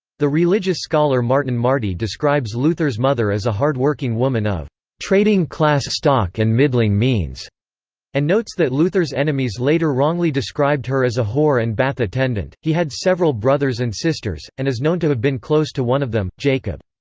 the religious scholar martin marty describes luther's mother as a hard-working woman of trading-class stock and middling means and notes that luther's enemies later wrongly described her as a whore and bath attendant he had several brothers and sisters, and is known to have been close to one of them, jacob.